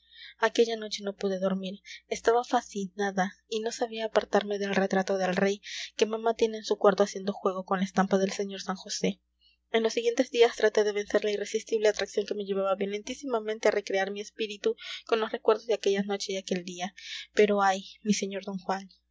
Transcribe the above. aquella noche no pude dormir estaba fascinada y no sabía apartarme del retrato del rey que mamá tiene en su cuarto haciendo juego con la estampa del señor san josé en los siguientes días traté de vencer la irresistible atracción que me llevaba violentísimamente a recrear mi espíritu con los recuerdos de aquella noche y aquel día pero ay mi señor d juan